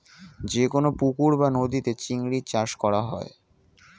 যে কোন পুকুর বা নদীতে চিংড়ি চাষ করা হয়